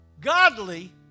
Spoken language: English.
godly